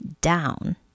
down